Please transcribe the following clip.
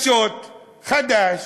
חדשות חדש,